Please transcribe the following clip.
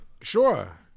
sure